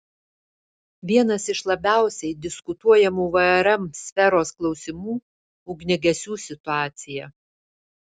vienas iš labiausiai diskutuojamų vrm sferos klausimų ugniagesių situacija